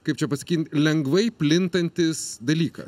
kaip čia pasakyt lengvai plintantis dalykas